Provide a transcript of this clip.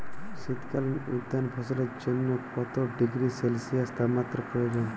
শীত কালীন উদ্যান ফসলের জন্য কত ডিগ্রী সেলসিয়াস তাপমাত্রা প্রয়োজন?